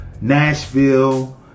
Nashville